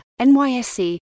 NYSC